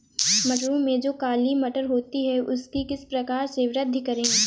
मटरों में जो काली मटर होती है उसकी किस प्रकार से वृद्धि करें?